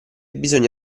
bisogna